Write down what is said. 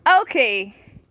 okay